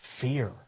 fear